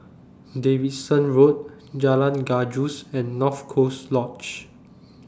Davidson Road Jalan Gajus and North Coast Lodge